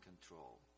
control